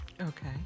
Okay